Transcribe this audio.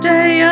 Day